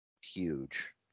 huge